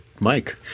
Mike